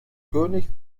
könig